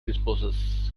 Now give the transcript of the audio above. disposes